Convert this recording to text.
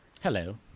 Hello